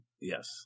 Yes